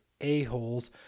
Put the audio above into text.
a-holes